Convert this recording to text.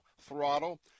throttle